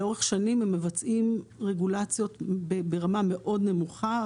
לאורך שנים הם מבצעים רגולציות במרה מאוד נמוכה.